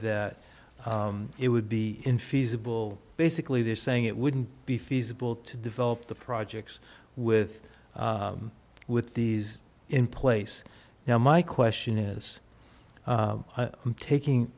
that it would be infeasible basically they're saying it wouldn't be feasible to develop the projects with with these in place now my question is i'm taking